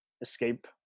escape